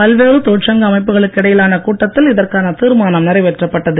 பல்வேறு தொழிற்சங்க அமைப்புகளுக்கு இடையிலான கூட்டத்தில் இதற்கான தீர்மானம் நிறைவேற்றப்பட்டது